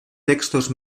textos